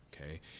okay